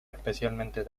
especialmente